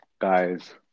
guys